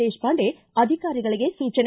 ದೇಶಪಾಂಡೆ ಅಧಿಕಾರಿಗಳಿಗೆ ಸೂಚನೆ